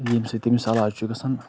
ییٚمہِ سۭتۍ تٔمِس علاج چھُ گژھان